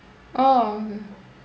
oh